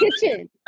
kitchen